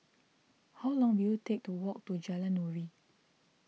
how long will it take to walk to Jalan Nuri